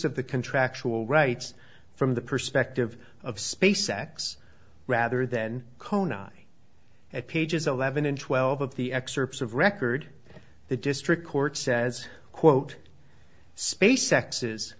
of the contractual rights from the perspective of space x rather than kona at pages eleven and twelve of the excerpts of record the district court says quote space